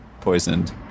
poisoned